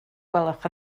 gwelwch